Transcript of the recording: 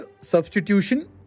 substitution